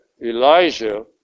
Elijah